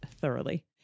thoroughly